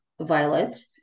violet